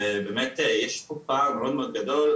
ובאמת יש פה פער מאוד מאוד גדול.